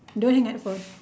don't hang up the phone